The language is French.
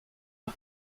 est